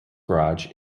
garage